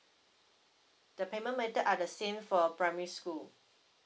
the payment method are the same for primary school